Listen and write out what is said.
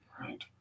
Right